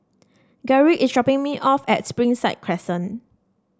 Garrick is dropping me off at Springside Crescent